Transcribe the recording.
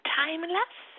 timeless